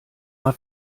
mal